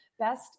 Best